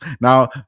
Now